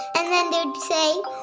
and then they would say,